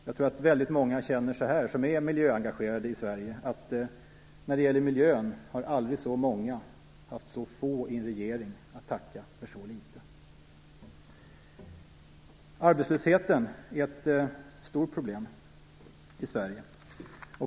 Jag tror att väldigt många som är miljöengagerade i Sverige känner så här när det gäller miljön: Aldrig har så många haft så få i en regering att tacka för så litet. Arbetslösheten är ett stort problem i Sverige.